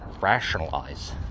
rationalize